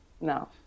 No